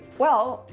well,